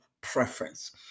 preference